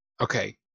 Okay